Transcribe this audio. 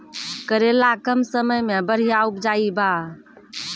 करेला कम समय मे बढ़िया उपजाई बा?